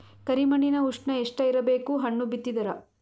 ಕರಿ ಮಣ್ಣಿನ ಉಷ್ಣ ಎಷ್ಟ ಇರಬೇಕು ಹಣ್ಣು ಬಿತ್ತಿದರ?